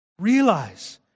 Realize